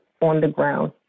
on-the-ground